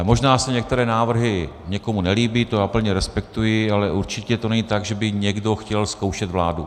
Možná se některé návrhy někomu nelíbí, to plně respektuji, ale určitě to není tak, že by někdo chtěl zkoušet vládu.